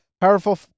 Powerful